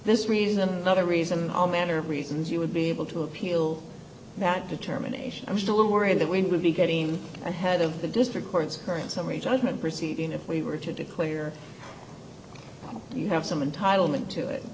this reason and other reason all manner of reasons you would be able to appeal that determination i was a little worried that we would be getting ahead of the district court's current summary judgment proceeding if we were to declare you have someone title meant to it